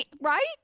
Right